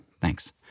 Thanks